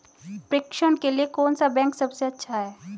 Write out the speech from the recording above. प्रेषण के लिए कौन सा बैंक सबसे अच्छा है?